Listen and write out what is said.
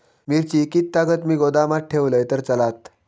मिरची कीततागत मी गोदामात ठेवलंय तर चालात?